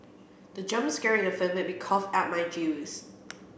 the jump scare in the film made me cough out my juice